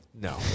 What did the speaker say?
No